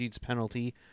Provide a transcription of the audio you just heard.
penalty